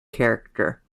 character